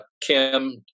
Kim